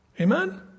Amen